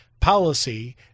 policy